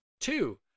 two